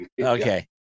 Okay